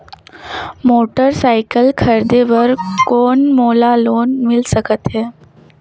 Motorcycle खरीदे बर कौन मोला लोन मिल सकथे?